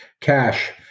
cash